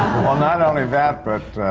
well, not only that, but